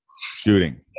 shooting